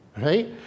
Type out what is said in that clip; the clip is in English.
right